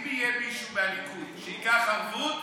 אם יהיה מישהו מהליכוד שייקח ערבות,